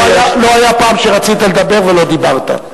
לא היתה פעם אחת שרצית לדבר ולא דיברת.